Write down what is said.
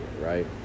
right